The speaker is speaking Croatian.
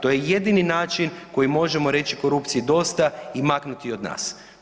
To je jedini način kojim možemo reći korupciji dosta i maknuti ju od nas.